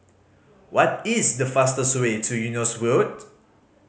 what is the fastest way to Eunos Road